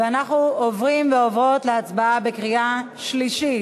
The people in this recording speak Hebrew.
אנחנו עוברים ועוברות להצבעה בקריאה שלישית.